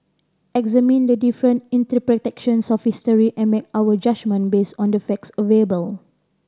examine the different of history and make our judgement based on the facts available